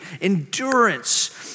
endurance